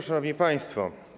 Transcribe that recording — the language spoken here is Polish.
Szanowni Państwo!